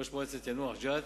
ראש מועצת יאנוח-ג'ת,